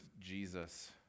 Jesus